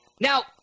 Now